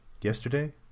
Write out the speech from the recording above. yesterday